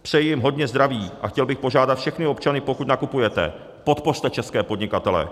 Přeji jim hodně zdraví a chtěl bych požádat všechny občany, pokud nakupujete, podpořte české podnikatele.